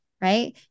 right